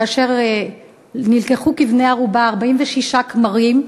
כאשר נלקחו כבני-ערובה 46 כמרים,